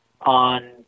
on